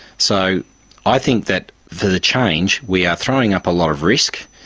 so i think that for the change we are throwing up a lot of risk